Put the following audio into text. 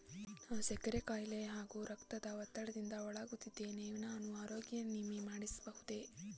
ನಾನು ಸಕ್ಕರೆ ಖಾಯಿಲೆ ಹಾಗೂ ರಕ್ತದ ಒತ್ತಡದಿಂದ ಬಳಲುತ್ತಿದ್ದೇನೆ ನಾನು ಆರೋಗ್ಯ ವಿಮೆ ಮಾಡಿಸಬಹುದೇ?